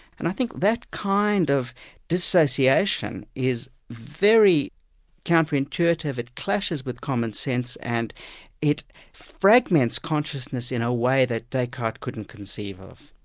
and i think that kind of dissociation is very counterintuitive it clashes with commonsense, and it fragments consciousness in a way that descartes couldn't conceive of.